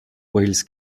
wales